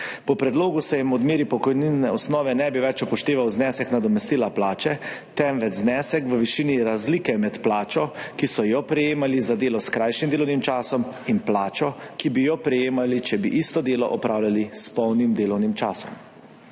Po predlogu se jim pri odmeri pokojninske osnove ne bi več upošteval znesek nadomestila plače, temveč znesek v višini razlike med plačo, ki so jo prejemali za delo s krajšim delovnim časom, in plačo, ki bi jo prejemali, če bi isto delo opravljali s polnim delovnim časom.